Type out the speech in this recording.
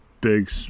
big